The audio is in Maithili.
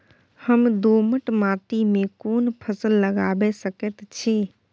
हम दोमट माटी में कोन फसल लगाबै सकेत छी?